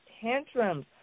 tantrums